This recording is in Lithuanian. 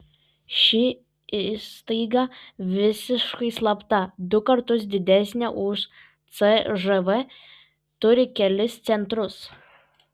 ši įstaiga visiškai slapta du kartus didesnė už cžv turi kelis centrus